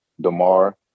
Damar